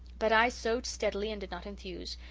but i sewed steadily and did not enthuse,